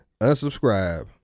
unsubscribe